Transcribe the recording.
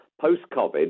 post-COVID